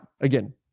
again